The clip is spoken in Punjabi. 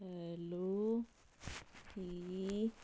ਹੈਲੋ ਕੀ